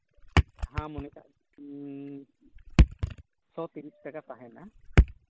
ᱦᱮᱸ ᱢᱚᱱᱮ ᱠᱟᱜ ᱵᱤᱱ ᱥᱚ ᱛᱤᱨᱤᱥ ᱴᱟᱠᱟ ᱛᱟᱦᱮᱱᱟ